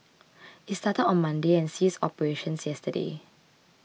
it started on Monday and ceased operations yesterday